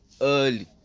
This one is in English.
early